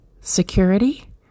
security